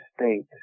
state